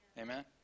Amen